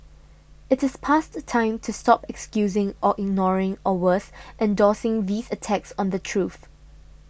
it is past time to stop excusing or ignoring or worse endorsing these attacks on the truth